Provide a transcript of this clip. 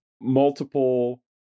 Multiple